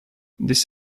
this